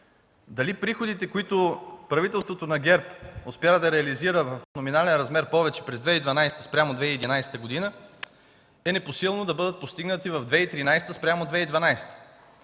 дали приходите, които правителството на ГЕРБ успя да реализира в номинален размер повече през 2012 г. спрямо 2011 г., е непосилно да бъдат постигнати в 2013 г. спрямо 2012